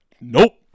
nope